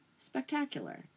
spectacular